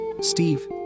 Steve